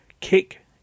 kick